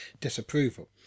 disapproval